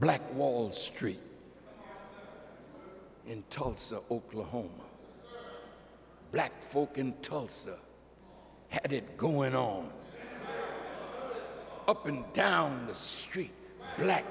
black wall street in tulsa oklahoma black folk in tulsa and it going on up and down the street black